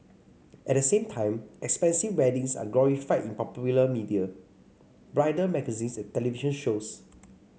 at the same time expensive weddings are glorified in popular media bridal magazines and television shows